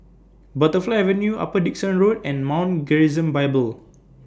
Butterfly Avenue Upper Dickson Road and Mount Gerizim Bible